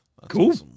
cool